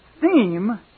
theme